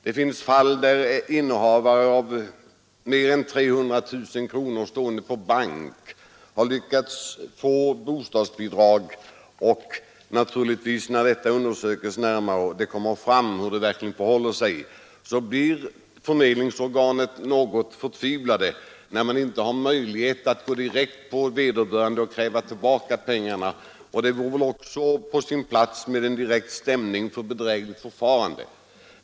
Det finns fall där människor med mer än 300 000 kronor på banken har fått bostadsbidrag. Och när det kommer fram hur det verkligen förhåller sig blir man naturligtvis på förmedlingsorganet förtvivlad, när man inte direkt kan kräva tillbaka pengarna. Det vore väl också på sin plats med stämning för bedrägligt förfarande.